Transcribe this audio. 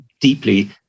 deeply